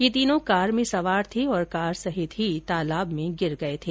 ये तीनों कार में सवार थे और कार सहित ही तालाब में गिर गये थे